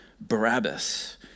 Barabbas